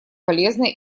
полезна